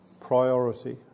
priority